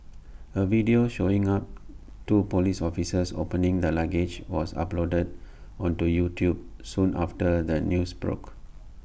A video showing up two Police officers opening the luggage was uploaded onto YouTube soon after the news broke